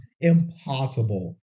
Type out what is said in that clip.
impossible